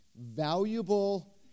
valuable